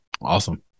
Awesome